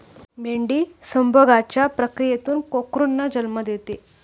मेंढी संभोगाच्या प्रक्रियेतून कोकरूंना जन्म देते